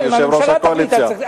אדוני יושב-ראש הקואליציה.